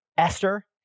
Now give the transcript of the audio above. Esther